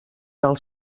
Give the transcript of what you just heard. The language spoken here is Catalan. del